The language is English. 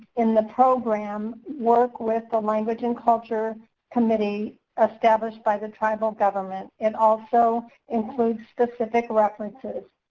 in the program work with the language and culture committee established by the tribal government, and also includes specific references.